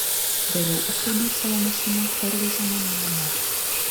vėliau ūkvedys savo mašina parveža mane namo